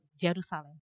Jerusalem